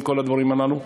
עם כל הדברים הללו.